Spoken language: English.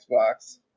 Xbox